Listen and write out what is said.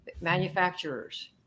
manufacturers